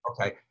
Okay